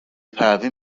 پروین